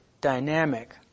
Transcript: dynamic